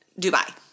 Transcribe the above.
Dubai